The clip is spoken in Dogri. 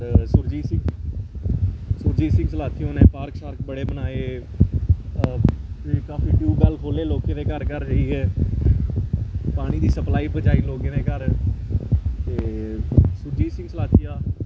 होर सुरजीत सिंह सुरजीत सिंह सलाथिया होरें पार्क शार्क बड़े बनाए फ्ही काफी ट्यूबवैल खोहले लोकें दे घर घर जाइयै पानी दी सप्लाई पजाई लोकें दे घर ते सुरजीत सिंह सलाथिया